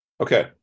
Okay